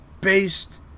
based